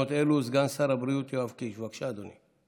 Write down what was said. תקנות סמכויות מיוחדות להתמודדות עם נגיף הקורונה החדש